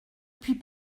puis